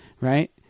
right